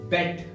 Bet